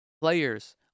players